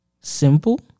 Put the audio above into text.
simple